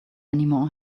anymore